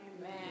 Amen